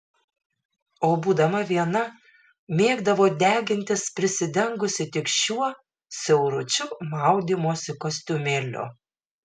o būdama viena mėgdavo degintis prisidengusi tik šiuo siauručiu maudymosi kostiumėliu